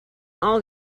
all